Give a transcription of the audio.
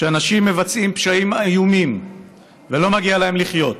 שאנשים מבצעים פשעים איומים ולא מגיע להם לחיות.